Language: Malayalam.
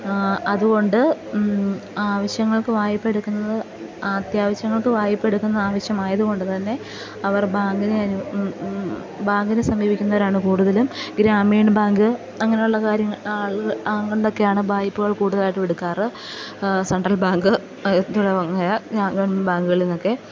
അതു കൊണ്ട് ആവശ്യങ്ങൾക്കു വായ്പ എടുക്കുന്നത് അത്യാവശങ്ങൾക്ക് വായ്പ എടുക്കുന്നത് ആവശ്യമായതു കൊണ്ടു തന്നെ അവർ ബാങ്കിനെ ബാങ്കിനെ സമീപിക്കുന്നവരാണ് കൂടുതലും ഗ്രാമീൺ ബാങ്ക് അങ്ങനെയുള്ള കാര്യങ്ങൾ ആളുക അങ്ങിനെയൊക്കെയാണ് വായ്പകൾ കൂടുതലായിട്ടും എടുക്കാറ് സെൻട്രൽ ബാങ്ക് ബാങ്കുകളിൽ എന്നൊക്കെ